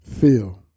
feel